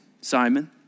Simon